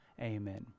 Amen